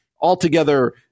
altogether